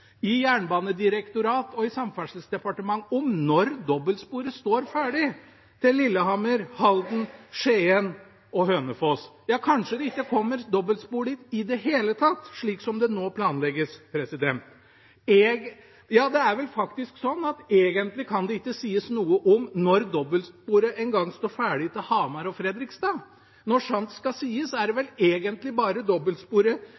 om når dobbeltsporet vil stå ferdig til Lillehammer, Halden, Skien eller Hønefoss. Kanskje kommer det ikke dobbeltspor dit i det hele tatt, slik som det nå planlegges. Det er vel faktisk sånn at det egentlig ikke kan sies noe om når dobbeltsporet vil stå ferdig til Hamar eller Fredrikstad engang. Når sant skal sies, er det vel egentlig bare dobbeltsporet